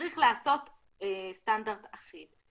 צריך לעשות סטנדרט אחיד.